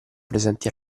presenti